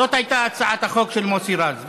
זאת הייתה הצעת החוק של מוסי רז,